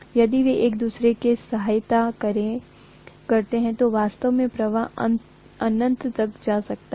यदि वे एक दूसरे की सहायता करते हैं तो वास्तव में प्रवाह अनंत तक जा सकता था